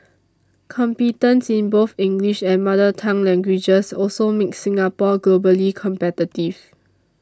competence in both English and mother tongue languages also makes Singapore globally competitive